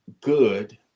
good